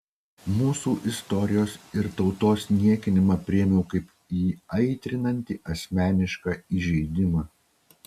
mūsų istorijos ir tautos niekinimą priėmiau kaip įaitrinantį asmenišką įžeidimą